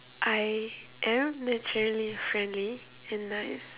I am naturally friendly and nice